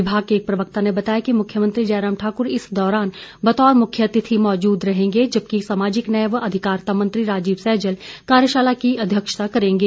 विभाग के एक प्रवक्ता ने बताया कि मुख्यमंत्री जयराम ठाकुर इस दौरान बतौर मुख्यातिथि मौजूद रहेंगे जबकि सामाजिक न्याय व अधिकारिता मंत्री राजीव सैजल कार्यशाला की अध्यक्षता करेंगे